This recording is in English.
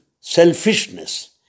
selfishness